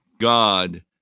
God